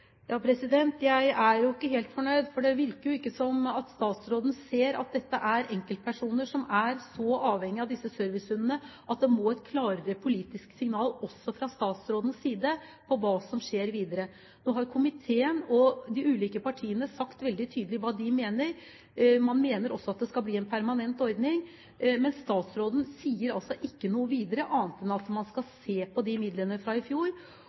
Jeg er jo ikke helt fornøyd, for det virker ikke som om statsråden ser at dette er enkeltpersoner som er så avhengige av disse servicehundene at det må et klarere politisk signal til, også fra statsrådens side, om hva som skjer videre. Nå har komiteen og de ulike partiene sagt veldig tydelig hva de mener. Man mener også at det skal bli en permanent ordning, men statsråden sier altså ikke noe videre om dette, annet enn at man skal se på midlene fra i fjor.